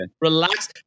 relax